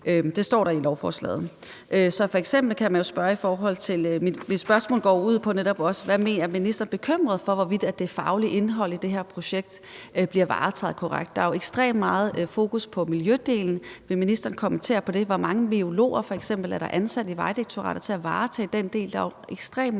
Det står der i lovforslaget. Så mit spørgsmål går netop også på, om ministeren er bekymret for, hvorvidt det faglige indhold i det her projekt bliver varetaget korrekt. Der er jo ekstremt meget fokus på miljødelen, så vil ministeren kommentere på det, altså hvor mange biologer er der f.eks. ansat i Vejdirektoratet til at varetage den del? Der er jo ekstremt